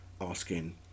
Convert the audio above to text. asking